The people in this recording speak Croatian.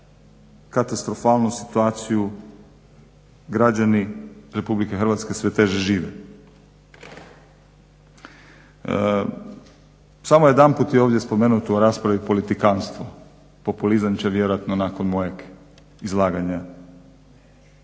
Imamo katastrofalnu situaciju, građani Republike Hrvatske sve teže žive. Samo jedanput je ovdje spomenuto u raspravi politikantstvo, populizam će vjerojatno nakon mojeg izlaganja. Država je